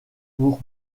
pour